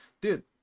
Dude